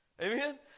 Amen